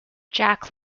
jack